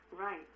right